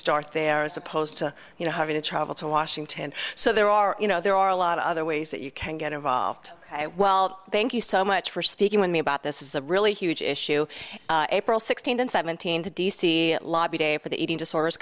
start there as opposed to you know having to travel to washington so there are you know there are a lot of other ways that you can get involved well thank you so much for speaking with me about this is a really huge issue april sixteenth and seventeenth in d c lobby day for the eating disorders